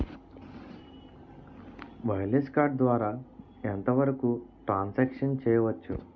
Wireless card ద్వారా ఎంత వరకు ట్రాన్ సాంక్షన్ చేయవచ్చు?